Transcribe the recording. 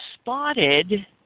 spotted